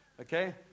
okay